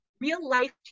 real-life